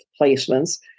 placements